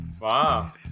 Wow